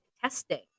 testing